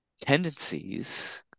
tendencies –